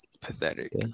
Pathetic